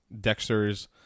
Dexter's